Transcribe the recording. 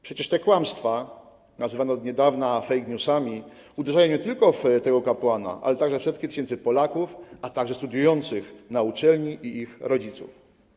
Przecież te kłamstwa, nazywane od niedawna fake newsami, uderzają nie tylko w tego kapłana, ale także w setki tysięcy Polaków oraz w studiujących na uczelni i ich rodziców.